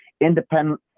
independent